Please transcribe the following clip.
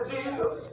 Jesus